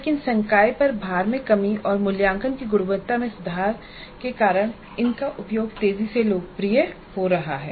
लेकिन संकाय पर भार में कमी और मूल्यांकन की गुणवत्ता में सुधार के कारण उनका उपयोग तेजी से लोकप्रिय हो रहा है